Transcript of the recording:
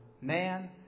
man